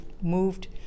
moved